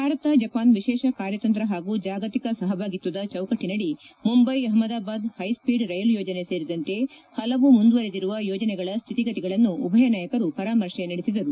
Bharat Japan ವಿಶೇಷ ಕಾರ್ಯತಂತ್ರ ಹಾಗೂ ಜಾಗತಿಕ ಸಹಭಾಗಿತ್ತದ ಚೌಕಟ್ಟನಡಿ ಮುಂಬೈ ಅಹಮದಾಬಾದ್ ಪೈಸ್ತೀಡ್ ಕೈಲು ಯೋಜನೆ ಸೇರಿದಂತೆ ಪಲವು ಮುಂದುವರೆದಿರುವ ಯೋಜನೆಗಳ ಶ್ಲಿತಿಗತಿಗಳನ್ನು ಉಭಯ ನಾಯಕರು ಪರಾಮರ್ತೆ ನಡೆಸಿದರು